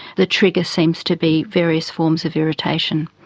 the trigger seems to be various forms of irritation,